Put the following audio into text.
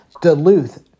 Duluth